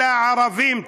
אלא ערבים.